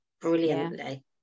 brilliantly